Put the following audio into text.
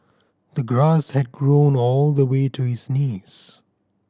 the grass had grown all the way to his knees